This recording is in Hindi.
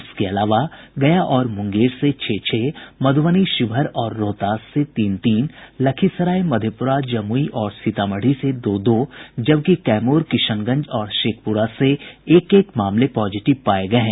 इसके अलावा गया और मुंगेर से छह छह मधुबनी शिवहर और रोहतास से तीन तीन लखीसराय मधेपुरा जमुई और सीतामढ़ी से दो दो जबकि कैमूर किशनगंज और शेखपुरा से एक एक मामले पॉजिटिव पाये गये हैं